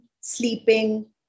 sleeping